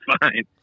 fine